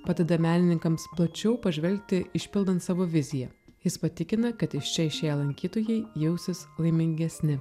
padeda menininkams plačiau pažvelgti išpildant savo viziją jis patikina kad iš čia išėję lankytojai jausis laimingesni